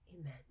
Amen